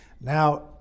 Now